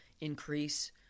increase